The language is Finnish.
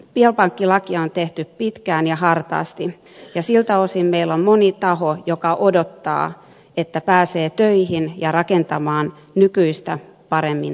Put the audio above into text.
biopankkilakia on tehty pitkään ja hartaasti ja siltä osin meillä moni taho odottaa että pääsee töihin ja rakentamaan nykyistä paremmin biopankkeja